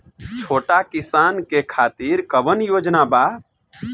छोटा किसान के खातिर कवन योजना बा?